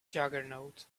juggernaut